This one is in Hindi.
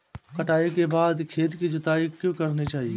कटाई के बाद खेत की जुताई क्यो करनी चाहिए?